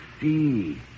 see